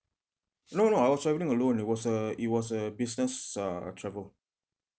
no no I was travelling alone it was a it was a business uh travel